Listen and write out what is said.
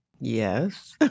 Yes